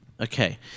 Okay